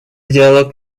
диалог